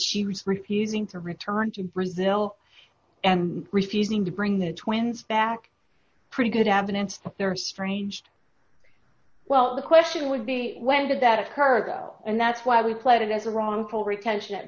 she was refusing to return to brazil and refusing to bring the twins back pretty good evidence for their strange well the question would be when did that occur go and that's why we played it as a wrongful retention at